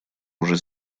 уже